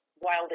Wild